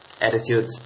attitude